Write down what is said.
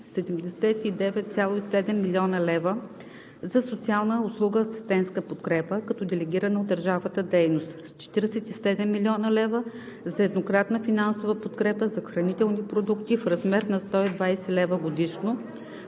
79,7 млн. лв. за социална услуга „Асистентска подкрепа“, като делегирана от държавата дейност; - 47,0 млн. лв. за еднократна финансова подкрепа за хранителни продукти, в размер на 120 лв. годишно,